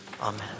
amen